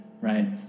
right